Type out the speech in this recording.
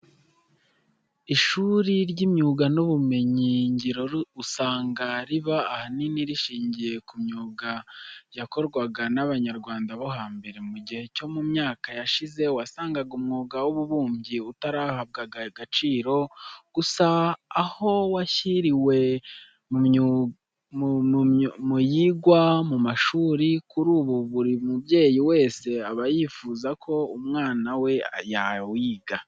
Ishuri ry'imyuga n'ubumenyingiro usanga riba ahanini rishingiye ku myuga yakorwaga n'Abanyarwanda bo hambere. Mu gihe cyo mu myaka yashize wasangaga umwuga w'ububumbyi utarahabwaga agaciro, gusa aho washyiriwe muyigwa mu mashuri, kuri ubu buri mubyeyi wese aba yifuza ko umwana we yawiga.